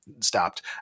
stopped